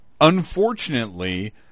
unfortunately